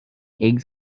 eggs